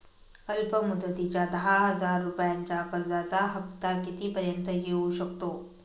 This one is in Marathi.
अल्प मुदतीच्या दहा हजार रुपयांच्या कर्जाचा हफ्ता किती पर्यंत येवू शकतो?